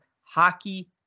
hockey